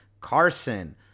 Carson